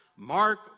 Mark